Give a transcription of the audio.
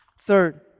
Third